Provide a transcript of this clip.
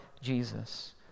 Jesus